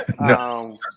No